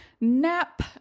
nap